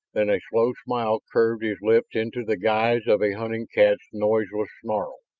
then a slow smile curved his lips into the guise of a hunting cat's noiseless snarl.